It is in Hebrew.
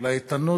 האיתנות,